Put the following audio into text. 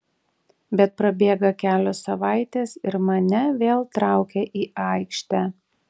bet prabėga kelios savaitės ir mane vėl traukia į aikštę